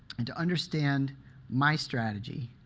and to understand my strategy,